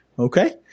Okay